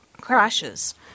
crashes